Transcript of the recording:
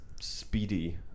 speedy